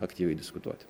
aktyviai diskutuoti